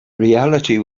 reality